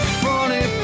funny